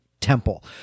temple